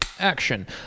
Action